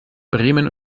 bremen